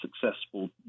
successful